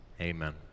Amen